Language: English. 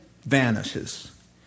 vanishes